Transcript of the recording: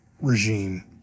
regime